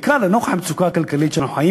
בעיקר לנוכח המצוקה הכלכלית שאנחנו חיים